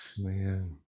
Man